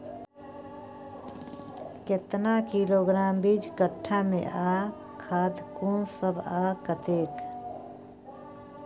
केतना किलोग्राम बीज कट्ठा मे आ खाद कोन सब आ कतेक?